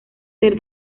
ser